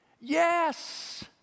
Yes